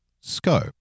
Scope